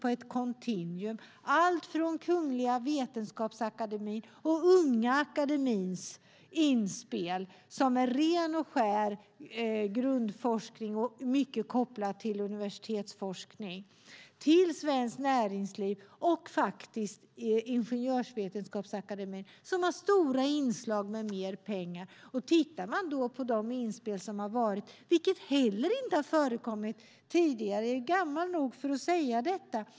Det är allt från Kungliga Vetenskapsakademien och Sveriges unga akademis inspel, ren och skär grundforskning kopplad till universitetsforskning, till Svenskt Näringsliv och Ingenjörsvetenskapsakademien med stora inslag med mer pengar. Låt oss titta på inspelen. De har inte heller förekommit tidigare, och jag är gammal nog att säga detta.